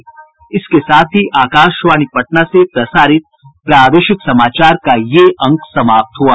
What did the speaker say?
इसके साथ ही आकाशवाणी पटना से प्रसारित प्रादेशिक समाचार का ये अंक समाप्त हुआ